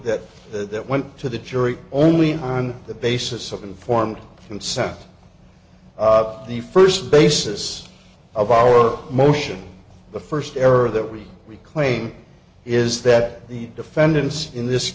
that that went to the jury only on the basis of informed consent the first basis of our motion the first error that we reclaim is that the defendants in this